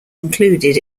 included